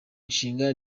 nshinga